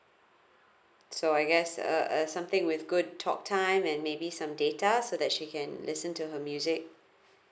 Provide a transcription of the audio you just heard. so I guess a a something with good talk time and maybe some data so that she can listen to her music